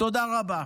תודה רבה.